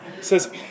says